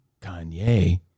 Kanye